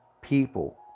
people